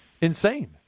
Insane